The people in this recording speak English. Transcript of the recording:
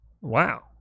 Wow